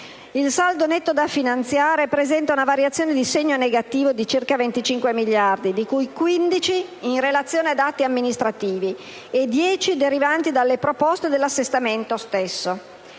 Il saldo netto da finanziare presenta una variazione di segno negativo di circa 25 miliardi, di cui 15 in relazione ad atti amministrativi e 10 derivanti dalle proposte dell'assestamento stesso.